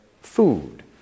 food